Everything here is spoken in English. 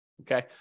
Okay